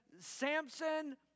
Samson